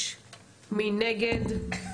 סעיף 6 הסתייגות של קבוצת הליכוד, ש"ס,